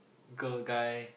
girl guy